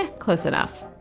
ah close enough.